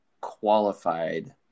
qualified